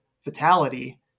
fatality